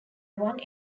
one